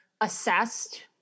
assessed